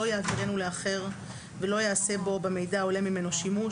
לא יעבירנו לאחר ולא יעשה בו או במידע העולה ממנו שימוש,